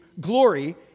glory